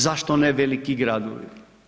Zašto ne veliki gradovi?